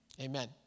Amen